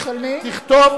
סקסיסט גמור.